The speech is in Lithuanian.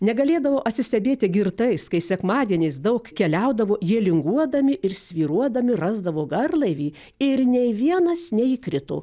negalėdavau atsistebėti girtais kai sekmadieniais daug keliaudavo jie linguodami ir svyruodami rasdavo garlaivį ir nei vienas neįkrito